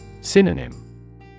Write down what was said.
Synonym